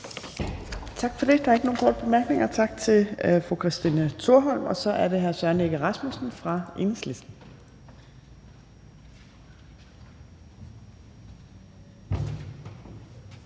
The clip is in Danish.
Tak for det. Der er ikke nogen korte bemærkninger. Tak til fru Christina Thorholm. Så er det hr. Søren Egge Rasmussen fra Enhedslisten.